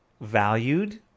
valued